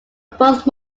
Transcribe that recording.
both